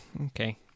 Okay